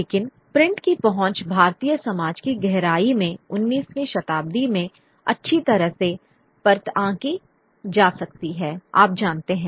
लेकिन प्रिंट की पहुंच भारतीय समाज की गहराई में 19वीं शताब्दी में अच्छी तरह से पर्तआंकी जा सकती है आप जानते हैं